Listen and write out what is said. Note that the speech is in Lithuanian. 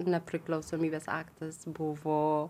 nepriklausomybės aktas buvo